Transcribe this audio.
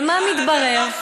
ומה מתברר?